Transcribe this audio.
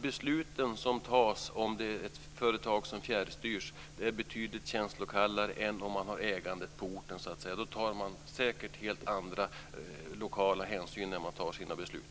Besluten som fattas när det gäller ett företag som fjärrstyrs är betydligt känslokallare än om ägandet finns på orten. Då tar man säkert helt andra lokala hänsyn när man fattar sina beslut.